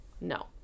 No